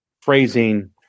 phrasing